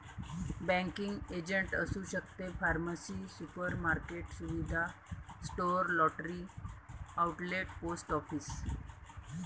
banking agent असू शकते pharmacy supermarket सुविधा store lottery outlet post office